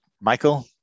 Michael